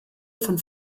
von